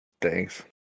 Thanks